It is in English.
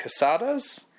Casadas